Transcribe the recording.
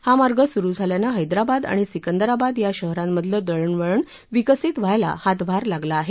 हा मार्ग सुरु झाल्यानं हैदराबाद आणि सिकंदराबाद या शहरांमधलं दळणवळण विकसित व्हायला हातभार लागला आहे